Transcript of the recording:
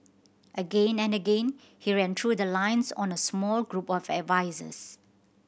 again and again he ran through the lines on a small group of advisers